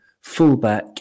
fullback